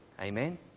amen